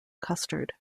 custard